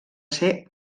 ser